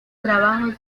trabajos